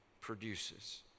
produces